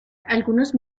algunos